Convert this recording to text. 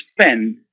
spend